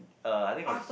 uh I think it was